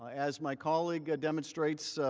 as mccauley demonstrates,